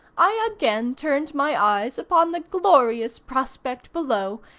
i again turned my eyes upon the glorious prospect below,